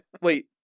wait